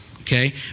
Okay